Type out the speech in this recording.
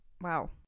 Wow